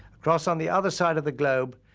across on the other side of the globe,